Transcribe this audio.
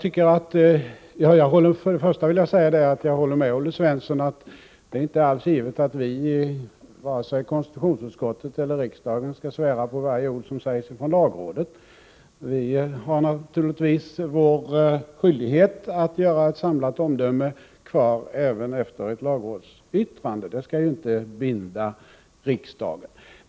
Först och främst vill jag säga att jag håller med Olle Svensson om att det inte alls är givet att vi, vare sig i konstitutionsutskottet eller i riksdagen över huvud taget, skall svära på varje ord som sägs av lagrådet. Vi har naturligtvis skyldighet att avge ett samlat omdöme även efter ett lagrådsyttrande — ett sådant skall inte binda riksdagen.